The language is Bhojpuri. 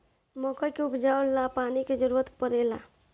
मकई के उपजाव ला पानी के जरूरत परेला का?